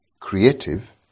creative